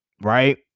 right